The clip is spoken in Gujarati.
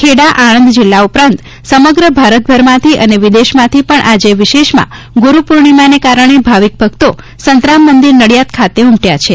ખેડા આણંદ જિલ્લા ઉપરાંત સમગ્ર ભારતભરમાંથી અને વિદેશમાંથી પગ્ન આજે વિશેષમાં ગુરુ પૂર્ણિમાને કારણે ભાવિક ભક્તો સંતરામ મંદિર નડિયાદ ખાતે ઉમટ્ચા છે